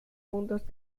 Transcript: puntos